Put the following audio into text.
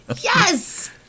Yes